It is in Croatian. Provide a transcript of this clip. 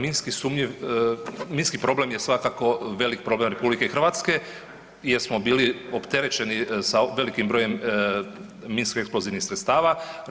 Minski sumnjiv, minski problem je svakako velik problem RH jer smo bili opterećeni sa velikim brojem minskih eksplozivnih sredstava.